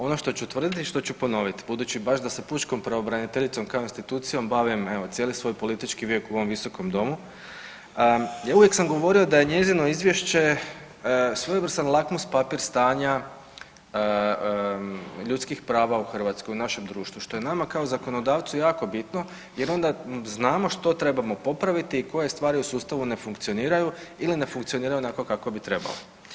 Ono što ću tvrdit i što ću ponovit, budući baš da sa pučkom pravobraniteljicom kao institucijom bavim cijeli svoj politički vijek u ovom Visokom domu, uvijek sam govorio da je njezino izvješće svojevrstan lakmus papir stanja ljudskih prava u Hrvatskoj u našem društvu što je nama kao zakonodavcu jako bitno jer onda znamo što trebamo popraviti i koje stvari u sustavu ne funkcioniraju ili ne funkcioniraju onako kako bi trebao.